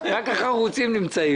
רק החרוצים נמצאים.